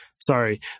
Sorry